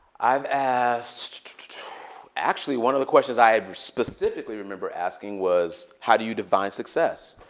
i've asked actually, one of the questions i ah specifically remember asking was, how do you define success?